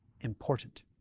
important